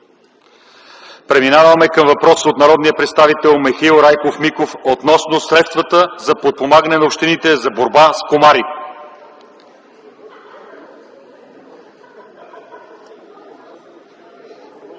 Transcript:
Преминаваме към въпрос от народния представител Михаил Райков Миков относно средствата за подпомагане на общините за борба с комарите.